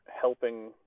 helping